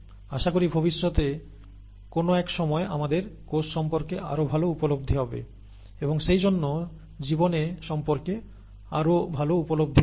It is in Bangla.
আশা করি ভবিষ্যতে কোন এক সময় আমাদের কোষ সম্পর্কে আরও ভাল উপলব্ধি হবে এবং সেইজন্য জীবন সম্পর্কে আরও ভাল উপলব্ধি হবে